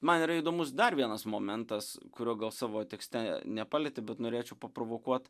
man yra įdomus dar vienas momentas kurio gal savo tekste nepalieti bet norėčiau paprovokuot